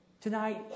Tonight